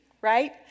right